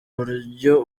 uburyo